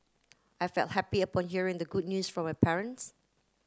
I felt happy upon hearing the good news from my parents